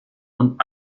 und